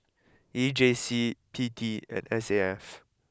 E J C P T and S A F